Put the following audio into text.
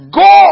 go